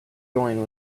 join